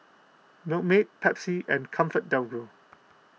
Milkmaid Pepsi and ComfortDelGro